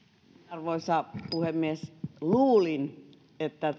arvoisa puhemies luulin että